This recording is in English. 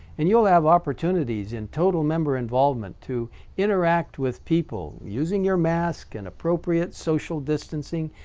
and you'll have opportunities in total member involvement to interact with people using your mask and appropriate social distancing.